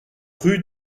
rue